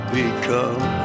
become